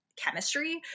chemistry